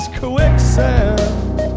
quicksand